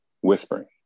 whispering